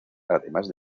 además